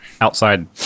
outside